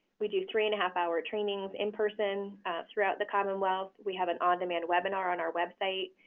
we do three and a half hour trainings in person throughout the commonwealth. we have an on-demand webinar on our website.